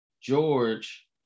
George